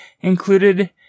included